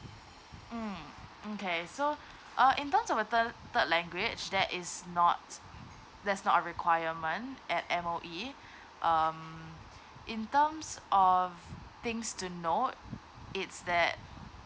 mm okay so uh in terms of a third third language that is not that's not a requirement at M_O_E um in terms of things to know is that